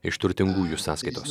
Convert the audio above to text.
iš turtingųjų sąskaitos